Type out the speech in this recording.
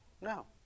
No